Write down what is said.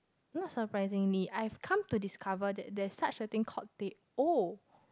not surprisingly I've come to discover that there such a thing called they all